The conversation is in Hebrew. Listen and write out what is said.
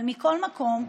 אבל מכל מקום,